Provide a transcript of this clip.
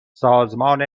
سازمان